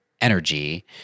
energy